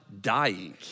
dying